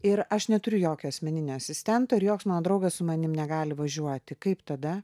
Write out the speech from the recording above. ir aš neturiu jokio asmeninio asistento ir joks mano draugas su manim negali važiuoti kaip tada